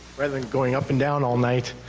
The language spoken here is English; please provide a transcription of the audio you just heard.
rather than going up and down all night,